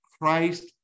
Christ